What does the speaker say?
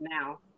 now